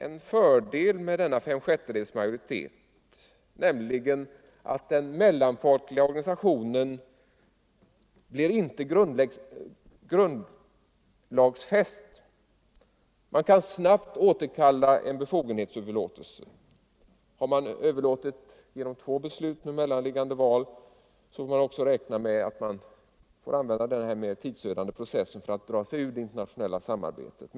En fördel med denna fem sjättedels majoritet är alltså att den mellanfolkliga organisationen inte blir grundlagsfäst utan att man snabbt kan återkalla en befogenhetsöverlåtelse. Har beslutet om överlåtelse skett två gånger med mellanliggande val får man räkna med en mera tidsödande process för att dra sig ur det internationella samarbetet.